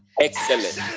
excellent